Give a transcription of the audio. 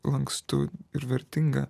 lankstu ir vertinga